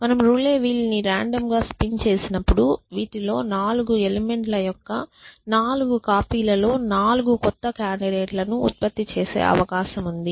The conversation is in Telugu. మనం రూలీ వీల్ని రాండమ్ గా స్పిన్నింగ్ చేసినప్పుడు వీటిలో 4 ఎలిమెంట్ ల యొక్క 4 కాపీలలో 4 కొత్త కాండిడేట్ లను ఉత్పత్తి చేసే అవకాశం ఉంది